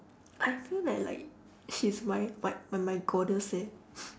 I feel that like she's my like my my goddess eh